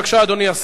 אדוני השר,